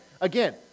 Again